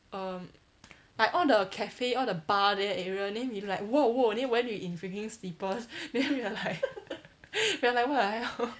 um like all the cafe all the bar there area then we like !whoa! !whoa! then wenyu in freaking slippers then we were like we're like what the hell